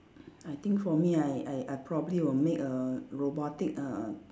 I think for me I I I probably will make a robotic err